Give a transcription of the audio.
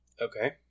Okay